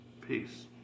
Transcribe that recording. Peace